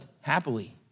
happily